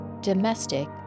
domestic